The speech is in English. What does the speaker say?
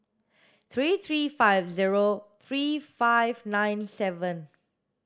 three three five zero three five nine seven